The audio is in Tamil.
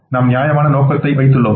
நாம் நியாயமான நோக்கத்தை வைத்துள்ளோம்